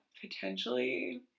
potentially